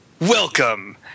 Welcome